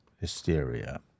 hysteria